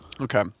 Okay